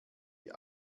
die